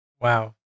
Wow